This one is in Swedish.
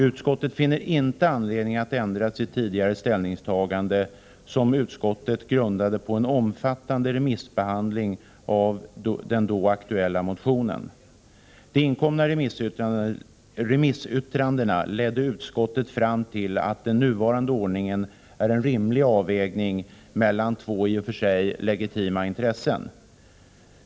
Utskottet finner inte anledning att ändra sitt tidigare ställningstagande, som utskottet grundade på en omfattande remissbehandling av den då aktuella motionen. De inkomna remissyttrandena ledde utskottet fram till att den nuvarande ordningen är en rimlig avvägning mellan två i och för sig legitima intressen.